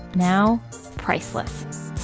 now priceless